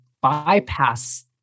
bypass